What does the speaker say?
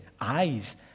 Eyes